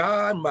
God